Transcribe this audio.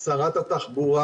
שרת התחבורה